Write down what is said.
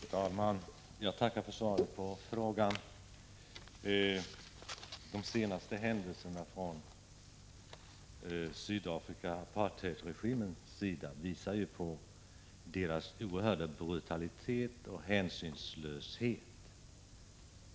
Fru talman! Jag tackar för svaret på min fråga. De senaste åtgärderna från apartheidregimen i Sydafrika visar dess oerhörda brutalitet och hänsynslöshet.